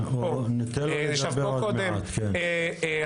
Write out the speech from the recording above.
ישב פה קודם,